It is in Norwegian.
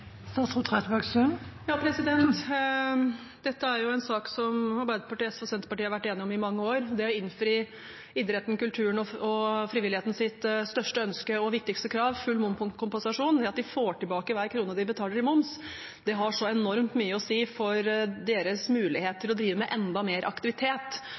Dette er en sak som Arbeiderpartiet, SV og Senterpartiet har vært gjennom i mange år. Det å innfri idrettens, kulturens og frivillighetens største ønske og viktigste krav, full momskompensasjon, at de får tilbake hver krone de betaler i moms, har så enormt mye å si for deres mulighet til å drive med enda mer aktivitet